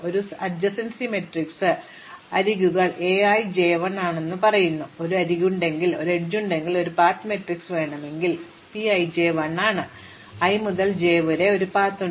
അതിനാൽ നമുക്ക് ഒരു സമീപസ്ഥ മാട്രിക്സ് എ ഉണ്ട് അത് അരികുകൾ A i j 1 ആണെന്ന് പറയുന്നു ഒരു അരികുണ്ടെങ്കിൽ നമുക്ക് ഒരു പാത്ത് മാട്രിക്സ് വേണമെങ്കിൽ P i j 1 ആണ് i മുതൽ j വരെ ഒരു പാതയുണ്ട്